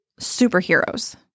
superheroes